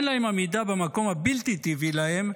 אין להם עמידה במקום הבלתי-טבעי להם,